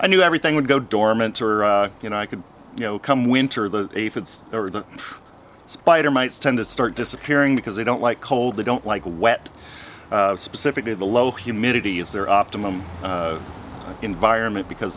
i knew everything would go dormant or you know i could you know come winter the aphids or the spider mites tend to start disappearing because they don't like cold they don't like wet specifically the low humidity is there optimum environment because